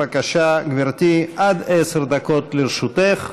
בבקשה, גברתי, עד עשר דקות לרשותך.